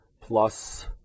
plus